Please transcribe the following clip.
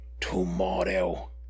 tomorrow